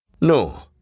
No